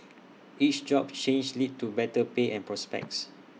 each job change led to better pay and prospects